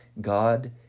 God